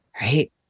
right